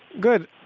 good